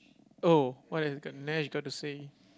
oh what has gotta say